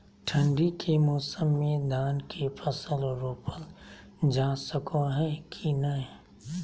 ठंडी के मौसम में धान के फसल रोपल जा सको है कि नय?